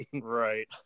Right